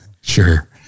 Sure